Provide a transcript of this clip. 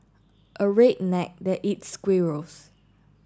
a redneck that eats squirrels